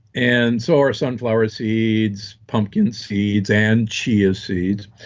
and so are sunflower seeds, pumpkin seeds, and chia seeds.